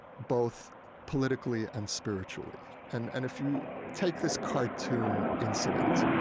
both politically and spiritually and and if you take this cartoon incident,